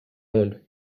owned